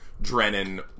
Drennan